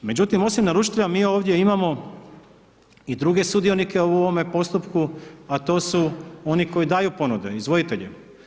Međutim, osim naručitelja mi ovdje imamo i druge sudionike u ovome postupku, a to su oni koji daju ponude, izvoditelji.